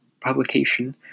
publication